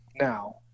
now